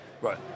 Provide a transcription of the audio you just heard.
Right